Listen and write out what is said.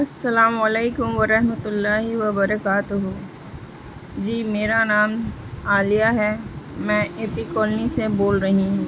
السلام علیکم و رحمت اللہ وبرکاتہ جی میرا نام عالیہ ہے میں اے پی کالونی سے بول رہی ہوں